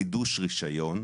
בחידוש רישיון,